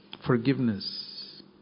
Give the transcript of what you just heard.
Forgiveness